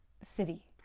city